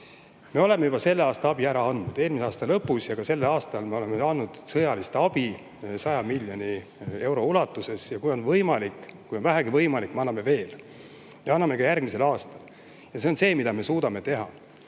Me oleme selle aasta abi juba ära andnud. Eelmise aasta lõpus ja sellel aastal me oleme andnud sõjalist abi 100 miljoni euro ulatuses ja kui on võimalik, kui on vähegi võimalik, me anname veel ja anname ka järgmisel aastal. See on see, mida me suudame teha.